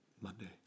Monday